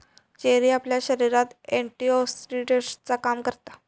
cherry आपल्या शरीरात एंटीऑक्सीडेंटचा काम करता